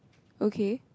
okay